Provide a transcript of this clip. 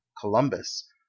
Columbus